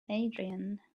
adrian